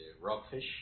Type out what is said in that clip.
rockfish